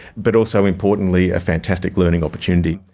but also importantly a fantastic learning opportunity.